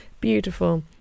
beautiful